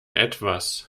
etwas